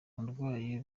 uburwayi